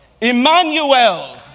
Emmanuel